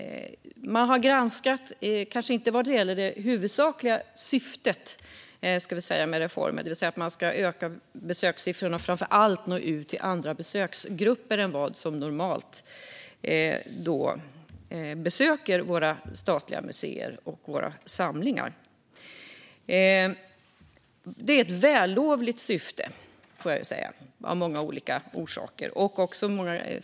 Det är kanske inte det huvudsakliga syftet med reformen som har granskats, det vill säga att besökssiffrorna ska öka och att man framför allt ska nå ut till andra grupper än de som normalt besöker våra statliga museer och våra samlingar. Det är av många skäl ett vällovligt syfte.